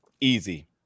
Easy